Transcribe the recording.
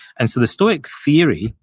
and so, the stoic theory,